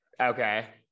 okay